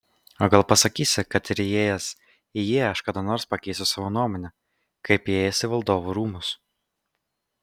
o gal pasakysi kad ir įėjęs į jį aš kada nors pakeisiu savo nuomonę kaip įėjęs į valdovų rūmus